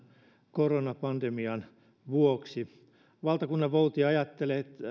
koronapandemian vuoksi valtakunnanvouti ajattelee